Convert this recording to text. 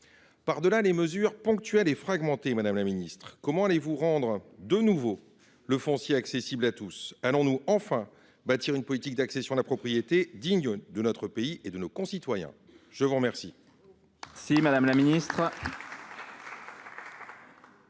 par delà les mesures ponctuelles et fragmentées, comment allez vous rendre de nouveau le foncier accessible à tous ? Allons nous enfin bâtir une politique d’accession à la propriété digne de notre pays et de nos concitoyens ? La parole